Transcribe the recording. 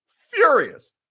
furious